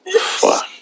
fuck